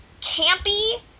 campy